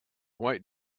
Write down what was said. white